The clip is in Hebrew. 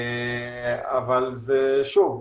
אבל זה שוב,